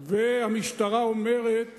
והמשטרה אומרת